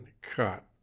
cut